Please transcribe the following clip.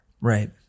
Right